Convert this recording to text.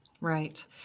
Right